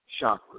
chakras